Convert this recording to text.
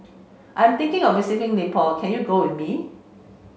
I'm thinking of visiting Nepal can you go with me